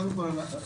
קודם כל,